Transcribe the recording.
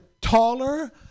taller